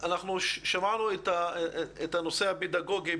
בלה, שמעתי את הנושא הפדגוגי.